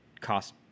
cost